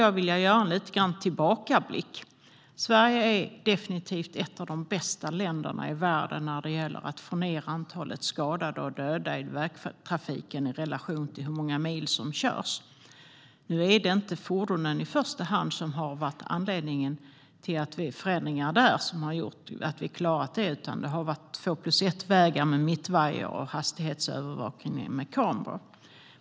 Jag ska göra en liten tillbakablick. Sverige är definitivt ett av de bästa länderna i världen när det gäller att minska antalet skadade och döda i vägtrafiken i relation till hur många mil som körs. Nu är det inte fordonen som i första hand har varit anledningen till att vi har klarat det, utan anledningen är "2+1"-vägar med mittvajer och hastighetsövervakning med kameror.